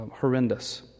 horrendous